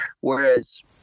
whereas